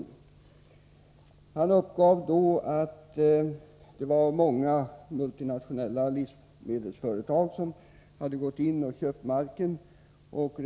Rupesinghe uppgav att många multinationella livsmedelsföretag hade gått in och köpt mark i Sri Lanka.